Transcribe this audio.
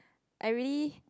I really